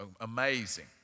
amazing